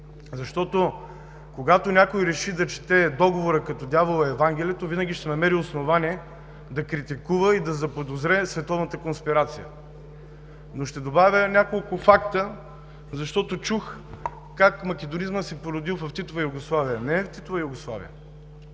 Защото, когато някой реши да чете Договора, както дявола Евангелието, винаги ще намери основание да критикува и да заподозре световната конспирация. Но ще добавя няколко факта, защото чух как македонизма се е породил в Титова Югославия. Не е в Титова Югославия!